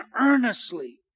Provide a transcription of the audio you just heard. earnestly